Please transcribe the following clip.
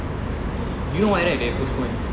you know why right they postponed